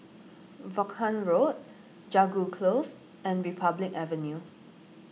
Vaughan Road Jago Close and Republic Avenue